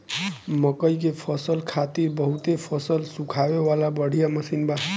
मकई के फसल खातिर बहुते फसल सुखावे वाला बढ़िया मशीन बा